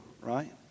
right